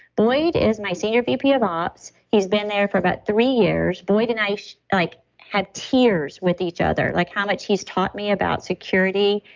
boyd is my senior vp of ops. he's been there for about three years, boyd and i like had tears with each other, like how much he's taught me about security.